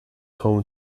home